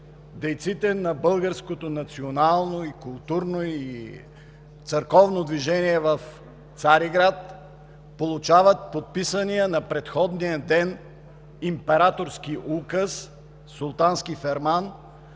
дейците на българското национално, културно и църковно движение в Цариград получават подписания на предходния ден императорски указ, султански ферман,